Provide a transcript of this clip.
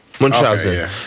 Munchausen